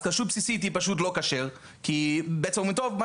כשרות בסיסית היא פשוט לא כשר כי בעצם אומרים טוב,